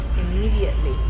Immediately